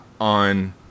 on